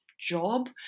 job